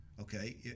Okay